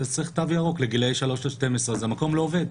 ולזה צריך תו ירוק לגילאי שלוש עד 12 אז המקום לא עובד,